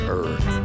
earth